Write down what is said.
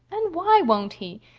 and why won't he?